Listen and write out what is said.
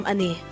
Ani